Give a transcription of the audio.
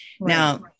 Now